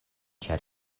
ĉar